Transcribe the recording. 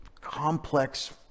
complex